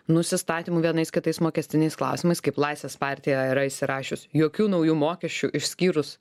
nusistatymų vienais kitais mokestiniais klausimais kaip laisvės partija yra išsirašius jokių naujų mokesčių išskyrus